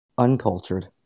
Uncultured